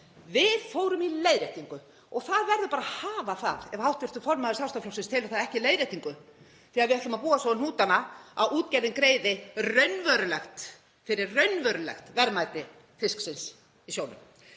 Við fórum í leiðréttingu og það verður bara að hafa það ef hv. formaður Sjálfstæðisflokksins telur það ekki leiðréttingu þegar við ætlum að búa svo um hnútana að útgerðin greiði fyrir raunverulegt verðmæti fisksins í sjónum.